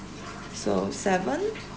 so seven